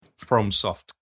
FromSoft